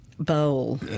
Bowl